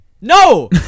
No